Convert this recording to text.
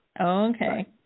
Okay